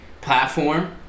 platform